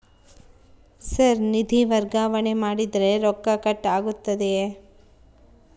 Sir ನಿಧಿ ವರ್ಗಾವಣೆ ಮಾಡಿದರೆ ರೊಕ್ಕ ಕಟ್ ಆಗುತ್ತದೆಯೆ?